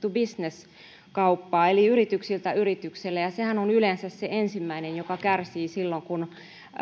on business to business kauppaa eli yrityksiltä yrityksille ja sehän on yleensä se ensimmäinen joka kärsii silloin kun